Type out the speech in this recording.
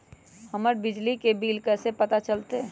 हमर बिजली के बिल कैसे पता चलतै?